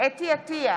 יואב קיש,